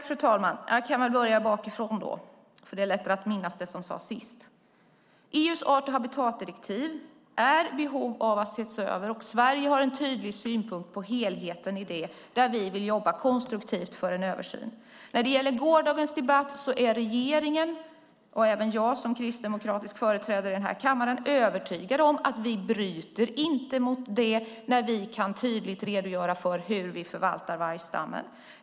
Fru talman! Jag börjar bakifrån; det är lättast att minnas det som sades sist. EU:s art och habitatdirektiv behöver ses över. Sverige har en synpunkt på helheten och vill jobba konstruktivt för en översyn. Som framkom av gårdagens debatt är regeringen och jag som kristdemokratisk företrädare i kammaren övertygade om att vi inte bryter mot direktivet när vi tydligt kan redogöra för hur vi förvaltar vargstammen.